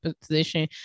position